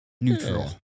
neutral